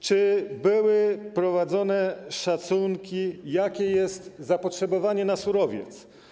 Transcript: Czy były prowadzone szacunki, jakie jest zapotrzebowanie na surowiec?